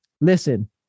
listen